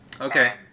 okay